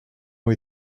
ont